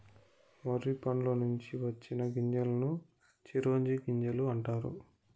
మొర్రి పండ్ల నుంచి వచ్చిన గింజలను చిరోంజి గింజలు అంటారు